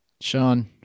Sean